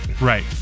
Right